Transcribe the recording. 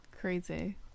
Crazy